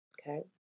Okay